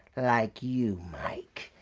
like you mike.